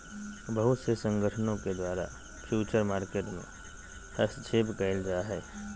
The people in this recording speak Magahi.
बहुत से संगठनों के द्वारा फ्यूचर मार्केट में हस्तक्षेप क़इल जा हइ